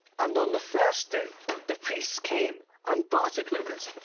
and on the first day the priests came and bartered with us,